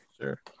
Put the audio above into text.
Sure